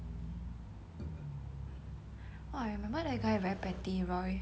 !wah! I remember that guy very petty roy